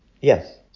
Yes